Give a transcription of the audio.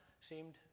seemed